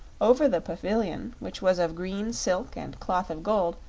over the pavilion, which was of green silk and cloth of gold,